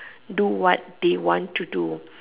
do what they want to do